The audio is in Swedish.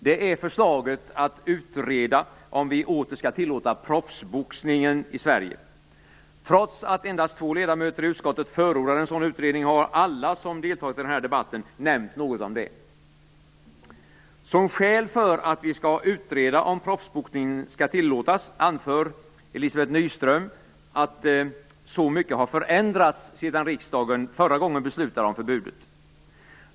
Det är förslaget att utreda om vi åter skall tillåta proffsboxningen i Sverige. Trots att endast två ledamöter i utskottet förordar en sådan utredning har alla som deltagit i den här debatten nämnt något om det. Som skäl för att vi skall utreda om proffsboxningen skall tillåtas anför Elizabeth Nyström att så mycket har förändrats sedan riksdagen förra gången beslutade om förbudet.